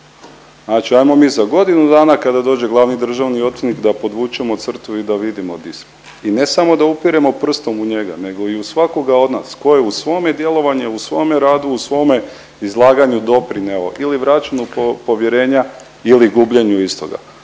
Znači ajmo mi za godinu dana kada dođe glavni državni odvjetnik da podvučemo crtu i da vidimo di smo. I ne samo da upiremo prstom u njega nego i u svakoga od nas tko je u svome djelovanju, u svome radu, u svome izlaganju doprineo ili vraćanju povjerenja ili gubljenu istoga.